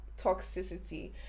toxicity